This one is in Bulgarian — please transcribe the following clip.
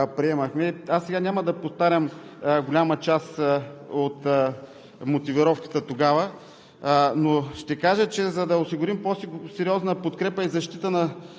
Аз сега няма да повтарям голяма част от мотивировката тогава, но ще кажа, че за да осигурим по-сериозна подкрепа и защита на